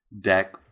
deck